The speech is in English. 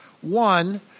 One